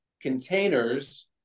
containers